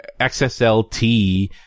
XSLT